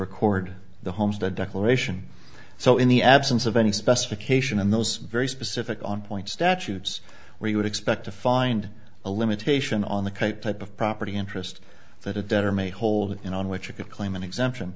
record the homes the declaration so in the absence of any specification and those very specific on point statutes where you would expect to find a limitation on the create type of property interest that a debtor may hold in which you could claim an exemption